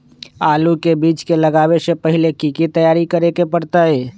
आलू के बीज के लगाबे से पहिले की की तैयारी करे के परतई?